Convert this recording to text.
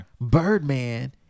Birdman